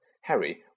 Harry